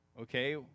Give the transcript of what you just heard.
Okay